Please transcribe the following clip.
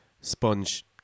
sponge